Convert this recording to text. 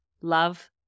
Love